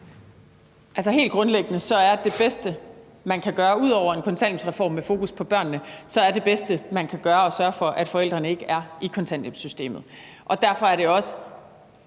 Helt grundlæggende er det bedste, man kan gøre ud over at lave en kontanthjælpsreform med fokus på børnene, at sørge for, at forældrene ikke er i kontanthjælpssystemet. Derfor er det også